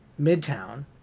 midtown